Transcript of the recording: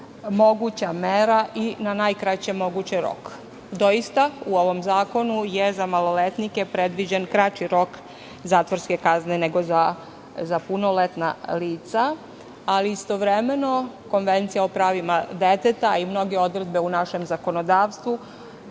moguća mera i na najkraći mogući rok. Doista, u ovom zakonu je za maloletnike predviđen kraći rok zatvorske kazne, nego za punoletna lica. Istovremeno, Konvencija o pravima deteta i mnoge odredbe u našem zakonodavstvu